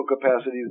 capacities